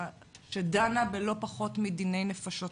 שדנה בלא פחות מדיני נפשות,